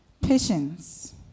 patience